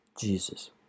Jesus